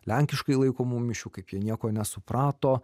lenkiškai laikomų mišių kaip jie nieko nesuprato